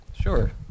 Sure